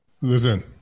Listen